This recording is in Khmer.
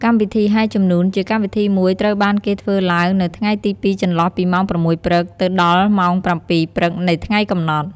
កម្មវិធីហែជំនួន ជាកម្មវិធីមួយត្រូវបានគេធ្វើឡើងនៅថ្ងៃទី២ចន្លោះពីម៉ោង៦ព្រឹក ទៅដល់ម៉ោង៧ព្រឹកនៃថ្ងៃកំណត់។